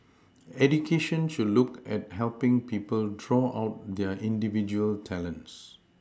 education should look at helPing people draw out their individual talents